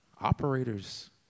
Operators